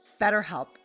BetterHelp